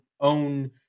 own